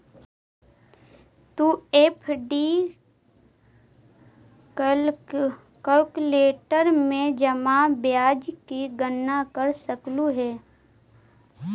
तु FD calculator में जमा ब्याज की गणना कर सकलू हे